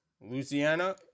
Louisiana